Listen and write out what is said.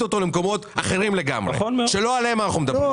אותו למקומות אחרים לגמרי שלא עליהם אנחנו מדברים.